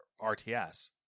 RTS